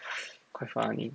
quite funny